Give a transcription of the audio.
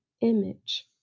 image